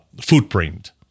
footprint